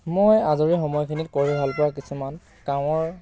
মই আজৰি সময়খিনিত কৰি ভাল পোৱা কিছুমান কামৰ